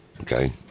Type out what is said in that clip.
Okay